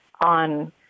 on